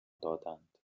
دادند